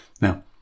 Now